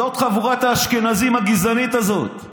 זאת, חבורת האשכנזים הגזענית הזאת,